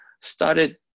started